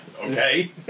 okay